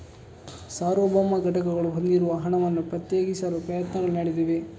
ಸಾರ್ವಭೌಮ ಘಟಕಗಳು ಹೊಂದಿರುವ ಹಣವನ್ನು ಪ್ರತ್ಯೇಕಿಸಲು ಪ್ರಯತ್ನಗಳು ನಡೆದಿವೆ